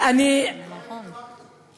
אני לא ראיתי דבר כזה.